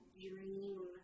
dream